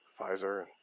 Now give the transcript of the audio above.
pfizer